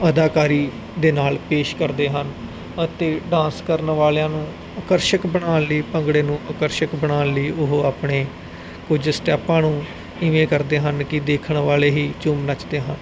ਅਦਾਕਾਰੀ ਦੇ ਨਾਲ ਪੇਸ਼ ਕਰਦੇ ਹਨ ਅਤੇ ਡਾਂਸ ਕਰਨ ਵਾਲਿਆਂ ਨੂੰ ਆਕਰਸ਼ਿਕ ਬਣਾਉਣ ਲਈ ਭੰਗੜੇ ਨੂੰ ਆਕਰਸ਼ਿਕ ਬਣਾਉਣ ਲਈ ਉਹ ਆਪਣੇ ਕੁਝ ਸਟੈਪਾਂ ਨੂੰ ਇਵੇਂ ਕਰਦੇ ਹਨ ਕਿ ਦੇਖਣ ਵਾਲੇ ਹੀ ਝੂੰਮ ਨੱਚਦੇ ਹਾਂ